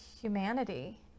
humanity